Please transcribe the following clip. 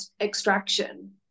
extraction